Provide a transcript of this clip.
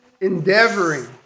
endeavoring